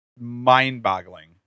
mind-boggling